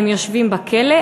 הם יושבים בכלא,